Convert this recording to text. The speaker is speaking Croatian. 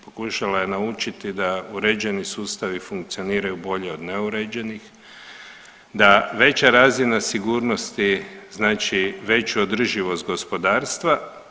Pokušala je naučiti da uređeni sustavi funkcioniraju bolje od neuređenih, da veća razina sigurnosti znači veću održivost gospodarstva.